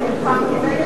אלא נלחמתי נגד,